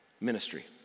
ministry